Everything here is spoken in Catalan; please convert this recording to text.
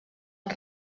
els